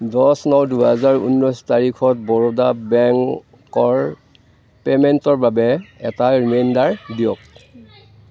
দহ ন দুহেজাৰ ঊনৈছ তাৰিখত বৰোদা বেংকৰ পে'মেণ্টৰ বাবে এটা ৰিমাইণ্ডাৰ দিয়ক